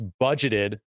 budgeted